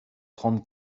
trente